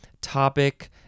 topic